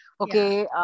okay